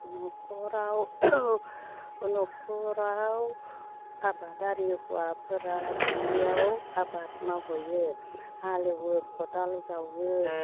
न'खराव न'खराव आबादारि हौवाफोरा दुब्लियाव आबाद मावहैयो हालएवो खदाल जावो